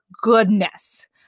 goodness